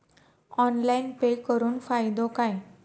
Online pay करुन फायदो काय?